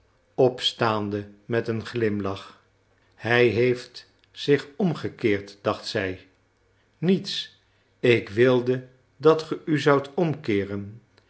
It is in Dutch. opstaande met een glimlach hij heeft zich omgekeerd dacht zij niets ik wilde dat ge u zoudt omkeeren